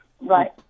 Right